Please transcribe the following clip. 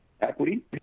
equity